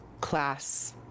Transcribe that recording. class